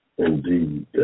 indeed